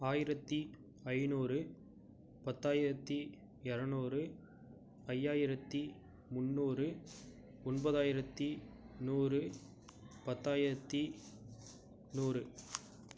ஆயிரத்தி ஐநூறு பத்தாயிரத்தி இரநூறு ஐயாயிரத்தி முந்நூறு ஒன்பதாயிரத்தி நூறு பத்தாயிரத்தி நூறு